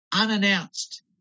unannounced